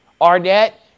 Arnett